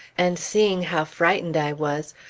and seeing how frightened i was,